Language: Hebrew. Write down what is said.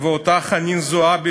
ואותה חנין זועבי,